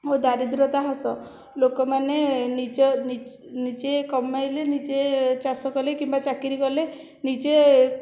ଓ ଦାରିଦ୍ର୍ୟତା ହ୍ରାସ ଲୋକମାନେ ନିଜେ ନିଜେ କମେଇଲେ ନିଜେ ଚାଷ କଲେ କିମ୍ବା ଚାକିରି କଲେ ନିଜେ